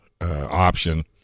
option